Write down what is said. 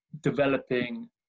developing